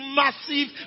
massive